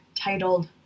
titled